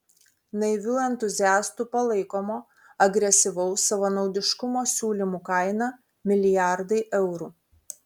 naivių entuziastų palaikomo agresyvaus savanaudiškumo siūlymų kaina milijardai eurų